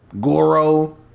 Goro